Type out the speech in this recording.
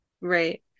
Right